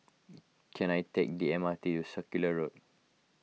can I take the M R T to Circular Road